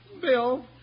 Bill